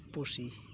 ᱯᱩᱥᱤ